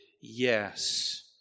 yes